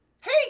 hey